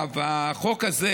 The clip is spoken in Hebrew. החוק הזה,